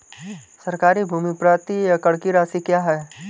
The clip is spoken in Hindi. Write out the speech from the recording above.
सरकारी भूमि प्रति एकड़ की राशि क्या है?